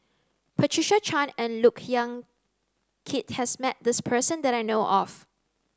Patricia Chan and Look Yan Kit has met this person that I know of